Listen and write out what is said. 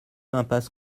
impasse